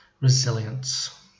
resilience